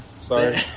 Sorry